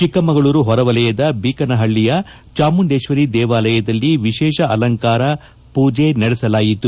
ಚಿಕ್ಕಮಗಳೂರು ಹೊರವಲಯದ ಬೀಕನಹಳ್ಳಿಯ ಚಾಮುಂಡೇಶ್ವರಿ ದೇವಾಲಯದಲ್ಲಿ ವಿಶೇಷ ಅಲಂಕಾರ ಪೂಜೆ ನಡೆಸಲಾಯಿತು